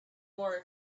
more